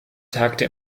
tagte